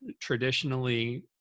traditionally